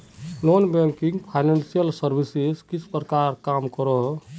Non banking financial services किस प्रकार काम करोहो?